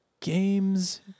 games